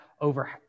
over